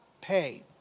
pay